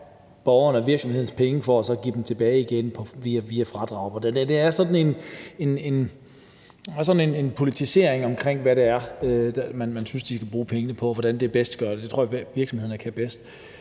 borgernes og virksomhedernes penge for så at give dem tilbage igen via fradrag? Der er sådan en politisering af, hvad man synes de skal bruge pengene på, og hvordan det bedst gøres, men det tror jeg virksomhederne bedst